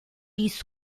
isso